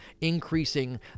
increasing